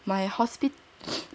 my hospital